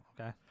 Okay